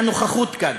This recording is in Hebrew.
מהנוכחות כאן.